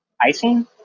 Icing